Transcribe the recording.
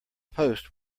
post